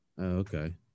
Okay